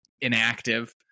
inactive